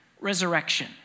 resurrection